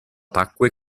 tacque